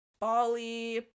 Bali